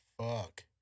Fuck